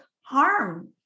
harm